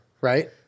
right